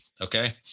okay